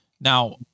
Now